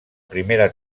primera